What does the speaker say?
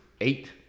eight